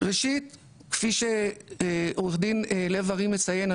ראשית כפי שעורך דין לב ארי מציין,